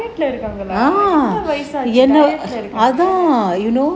இருக்காங்களா என்ன வயசாச்சு:irukaangala enna vayasaachu